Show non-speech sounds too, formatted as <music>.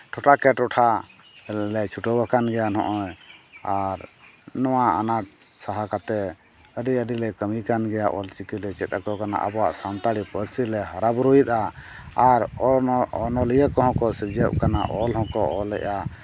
ᱴᱚᱴᱷᱟ ᱠᱮ ᱴᱚᱴᱷᱟᱞᱮ ᱪᱷᱩᱴᱟᱹᱣᱟᱠᱟᱱ ᱜᱮᱭᱟ ᱱᱚᱜᱼᱚᱭ ᱟᱨ ᱱᱚᱣᱟ ᱟᱱᱟᱴ ᱥᱟᱦᱟ ᱠᱟᱛᱮᱫ ᱟᱹᱰᱤ ᱟᱹᱰᱤᱞᱮ ᱠᱟᱹᱢᱤ ᱠᱟᱱ ᱜᱮᱭᱟ ᱚᱞᱪᱤᱠᱤᱞᱮ ᱪᱮᱫ ᱟᱠᱚ ᱠᱟᱱᱟ ᱟᱵᱚᱣᱟᱜ ᱥᱟᱱᱛᱟᱲᱤ ᱯᱟᱹᱨᱥᱤᱞᱮ ᱦᱟᱨᱟ ᱵᱩᱨᱩᱭᱮᱫᱟ ᱟᱨ <unintelligible> ᱚᱱᱚᱞᱤᱭᱟᱹ ᱠᱚᱦᱚᱸ ᱠᱚ ᱥᱤᱨᱡᱟᱹᱜ ᱠᱟᱱᱟ ᱚᱞ ᱦᱚᱸᱠᱚ ᱚᱞᱮᱜᱼᱟ